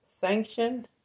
sanction